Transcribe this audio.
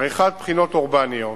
עריכת בחינות אורבניות,